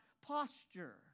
posture